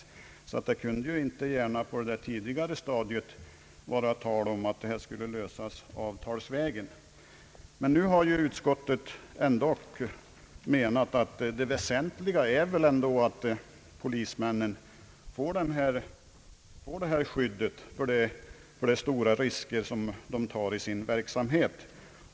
Det kunde alltså inte gärna på detta tidigare stadium vara tal om att lösa frågan avtalsvägen. Utskottet menar att det väsentliga är att polismännen får detta skydd på grund av de stora risker som de tar i sin verksamhet.